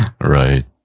right